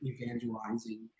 evangelizing